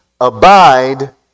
abide